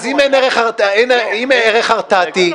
אם אין ערך הרתעתי,